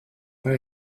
pas